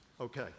Okay